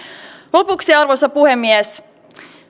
lopuksi arvoisa puhemies